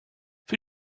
für